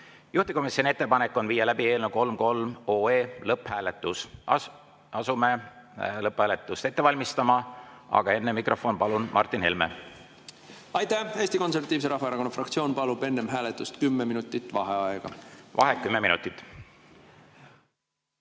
Juhtivkomisjoni ettepanek on viia läbi eelnõu 333 lõpphääletus. Asume lõpphääletust ette valmistama, aga enne mikrofon palun Martin Helmele. Aitäh! Eesti Konservatiivse Rahvaerakonna fraktsioon palub enne hääletust kümme minutit vaheaega. Aitäh! Eesti